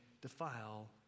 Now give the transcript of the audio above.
defile